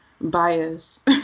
bias